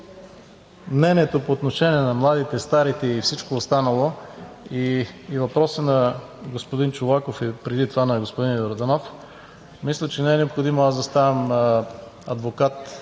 мнението по отношение на младите, старите и всичко останало, и въпроса на господин Чолаков, а преди това на господин Йорданов – мисля, че не е необходимо да ставам адвокат.